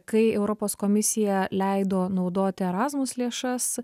kai europos komisija leido naudoti erasmus lėšas